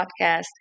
podcast